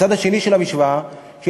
הצד השני של המשוואה הוא,